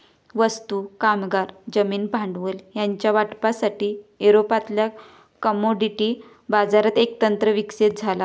वस्तू, कामगार, जमीन, भांडवल ह्यांच्या वाटपासाठी, युरोपातल्या कमोडिटी बाजारात एक तंत्र विकसित झाला हा